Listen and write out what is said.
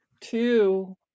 two